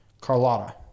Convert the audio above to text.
Carlotta